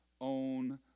own